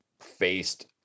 faced